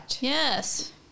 Yes